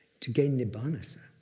to gain nibbana, sir.